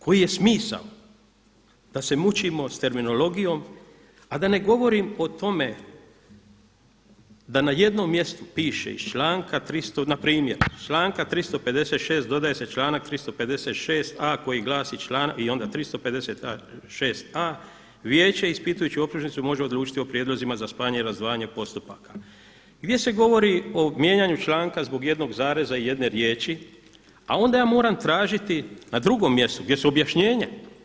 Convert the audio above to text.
Koji je smisao da se mučimo sa terminologijom a da ne govorim o tome da na jednom mjestu piše iz članka tristo, na primjer članka 356. dodaje se članak 356a. koji glasi i onda 356a. Vijeće ispitujući optužnicu može odlučiti o prijedlozima za spajanje i razdvajanje postupaka gdje se govori o mijenjanju članka zbog jednog zareza i jedne riječi, a onda ja moram tražiti na drugom mjestu gdje su objašnjenja.